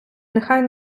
нехай